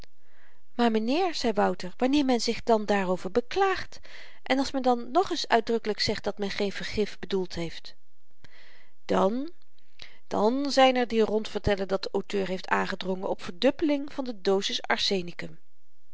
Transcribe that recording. maar m'nheer zei wouter wanneer men zich dan daarover beklaagt en als men dan nogeens uitdrukkelyk zegt dat men geen vergif bedoeld heeft dan dan zyn er die rondvertellen dat de auteur heeft aangedrongen op verdubbeling van de dozis arsenikum